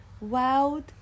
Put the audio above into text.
Wild